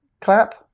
Clap